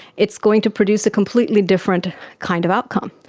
it's going to produce a completely different kind of outcome.